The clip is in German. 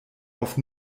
auf